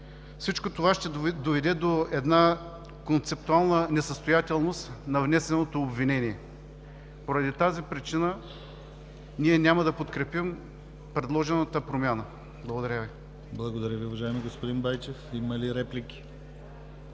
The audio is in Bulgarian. Всичко това ще доведе до концептуална несъстоятелност на внесеното обвинение. По тази причина ние няма да подкрепим предложената промяна. Благодаря Ви. ПРЕДСЕДАТЕЛ ДИМИТЪР ГЛАВЧЕВ: Благодаря Ви, уважаеми господин Байчев. Има ли реплики?